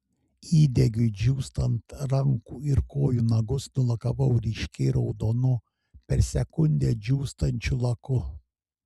įdegiui džiūstant rankų ir kojų nagus nulakavau ryškiai raudonu per sekundę džiūstančių laku